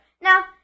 Now